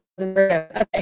Okay